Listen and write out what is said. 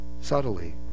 subtly